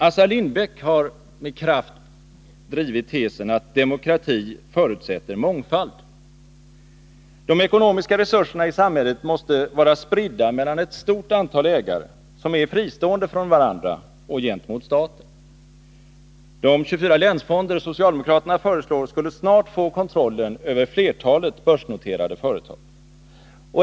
Assar Lindbeck har med kraft drivit tesen att demokrati förutsätter mångfald. De ekonomiska resurserna i samhället måste vara spridda mellan ett stort antal ägare, som är fristående från varandra och gentemot staten. De 24 länsfonder som socialdemokraterna föreslår skulle snart få kontrollen över flertalet börsnoterade företag.